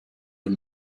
old